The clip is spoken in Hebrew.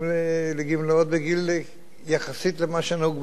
לגמלאות בגיל יחסית למה שנהוג במשק,